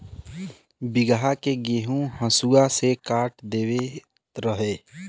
बीघहा के गेंहू हसुआ से काट देवत रहे